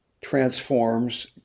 transforms